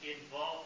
involved